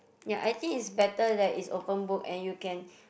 ya I think is better that is open book and you can